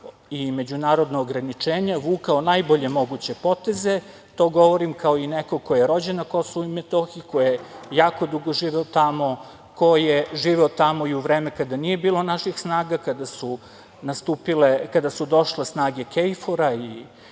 i međunarodna ograničenja, vukao najbolje moguće poteze. To govorim i kao neko ko je rođen na Kosovu i Metohiji, ko je jako dugo živeo tamo, ko je živeo tamo i u vreme kada nije bilo naših snaga, kada su došle snage KFOR i